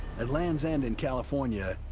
at land's end in california,